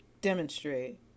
Demonstrate